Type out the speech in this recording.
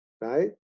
right